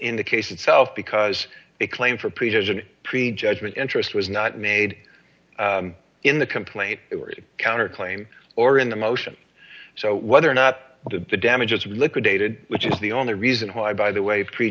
in the case itself because a claim for precision pre judgment interest was not made in the complaint counterclaim or in the motion so whether or not the damages were liquidated which is the only reason why by the way